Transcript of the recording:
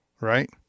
right